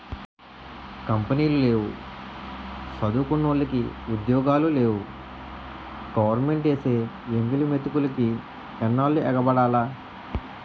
కంపినీలు లేవు సదువుకున్నోలికి ఉద్యోగాలు లేవు గవరమెంటేసే ఎంగిలి మెతుకులికి ఎన్నాల్లు ఎగబడాల